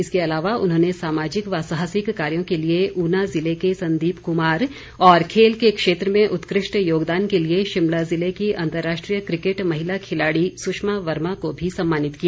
इसके अलावा उन्होंने सामाजिक व साहसिक कार्यो के लिए ऊना ज़िले के संदीप कुमार और खेल के क्षेत्र में उत्कृष्ट योगदान के लिए शिमला जिले की अंतर्राष्ट्रीय क्रिकेट महिला खिलाड़ी सुषमा वर्मा को भी सम्मानित किया